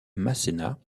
masséna